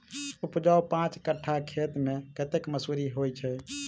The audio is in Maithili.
उपजाउ पांच कट्ठा खेत मे कतेक मसूरी होइ छै?